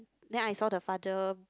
then I saw the father